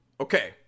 okay